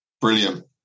Brilliant